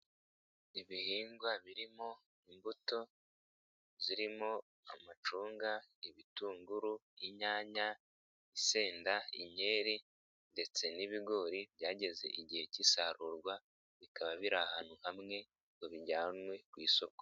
Ibihingwa birimo imbuto zirimo amacunga, ibitunguru, inyanya, isenda, inkeri, ndetse n'ibigori byageze igihe cy'isarurwa bikaba biri ahantu hamwe ngo bijyanwe ku isoko.